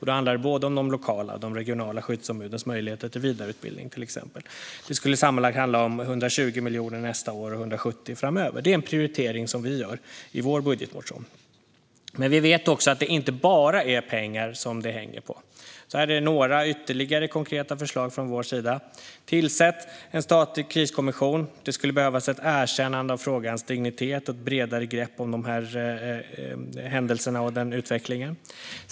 Då handlar det både om de lokala och de regionala skyddsombudens möjligheter till vidareutbildning, till exempel. Det skulle sammanlagt handla om 120 miljoner nästa år och 170 miljoner framöver. Det är en prioritering som vi gör i vår budgetmotion. Men vi vet också att det inte bara är pengar det hänger på. Här är några ytterligare konkreta förslag från vår sida: Tillsätt en statlig kriskommission! Det skulle behövas ett erkännande av frågans dignitet och ett bredare grepp om dessa händelser och denna utveckling.